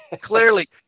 Clearly